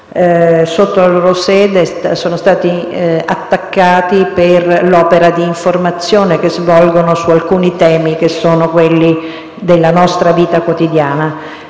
alla loro sede, per l'opera di informazione che svolgono su alcuni temi, che sono quelli della nostra vita quotidiana.